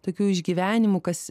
tokių išgyvenimų kas